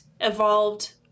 evolved